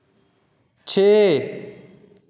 छे